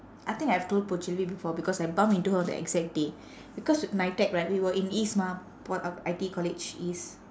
I think I've told Puchili before because I bump into her on the exact day because nitec right we were in east mah p~ I_T_E college east